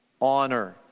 honor